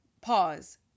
pause